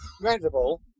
incredible